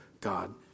God